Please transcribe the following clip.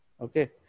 Okay